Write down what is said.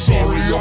Sorry